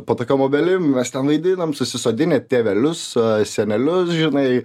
po tokiom obelim mes ten vaidinam susisodinę tėvelius senelius žinai